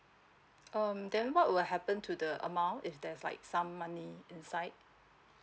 um then what will happen to the amount if there's like some money inside